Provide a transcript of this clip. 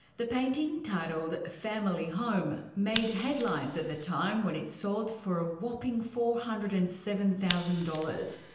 the painting, titled family home, made headlines at the time when it sold for a whopping four hundred and seven thousand dollars.